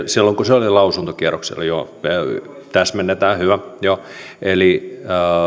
silloin kun se oli lausuntokierroksella joo täsmennetään hyvä eli